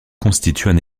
constituent